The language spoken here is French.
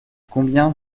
combien